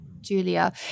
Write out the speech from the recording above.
Julia